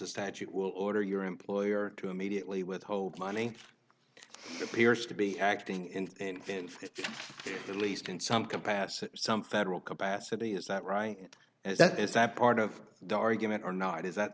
a statute will order your employer to immediately withhold money appears to be acting in at least in some capacity some federal capacity is that right and that is that part of the argument or not is that